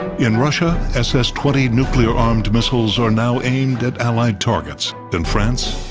in russia, ss twenty nuclear armed missiles are now aimed at allied targets in france,